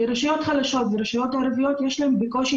כי רשויות חלשות ורשויות ערביות יש להם בקושי